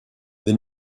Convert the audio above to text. the